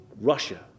Russia